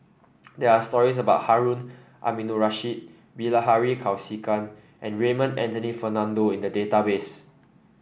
there are stories about Harun Aminurrashid Bilahari Kausikan and Raymond Anthony Fernando in the database